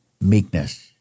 meekness